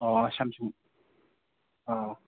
ꯑꯣ ꯁꯥꯝꯁꯨꯡ ꯑꯣ